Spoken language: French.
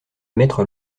maîtres